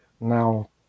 now